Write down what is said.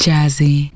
Jazzy